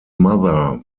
mother